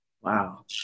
wow